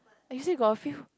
actually got a few